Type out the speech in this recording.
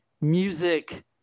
music